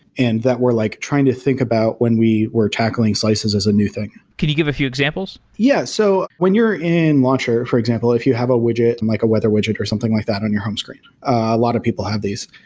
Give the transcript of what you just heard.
and that we're like trying to think about when we were tackling slices as a new thing can you give a few examples? yeah. so when you're in launcher for example, if you have a widget and like a weather widget or something like that on your home screen, a lot of people have these,